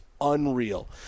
unreal